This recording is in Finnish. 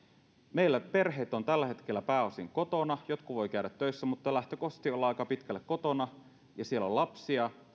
meillä perheet ovat tällä hetkellä pääosin kotona jotkut voivat käydä töissä mutta lähtökohtaisesti ollaan aika pitkälle kotona siellä on lapsia